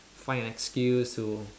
find excuse to